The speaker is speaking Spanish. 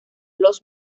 los